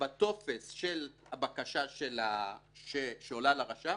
בטופס של הבקשה שעולה לרשם,